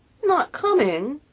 not coming!